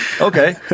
Okay